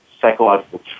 psychological